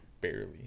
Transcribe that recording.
barely